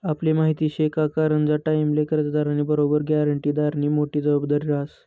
आपले माहिती शे का करजंना टाईमले कर्जदारनी बरोबर ग्यारंटीदारनी मोठी जबाबदारी रहास